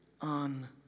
on